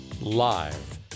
live